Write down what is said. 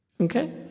okay